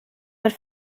mit